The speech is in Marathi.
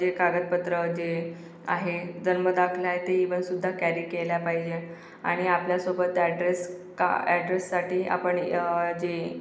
जे कागदपत्रं जे आहे जन्म दाखला आहे ते ब सुद्धा कॅरी केले पाहिजे आणि आपल्यासोबत ॲड्रेस का ॲड्रेससाठी आपण जे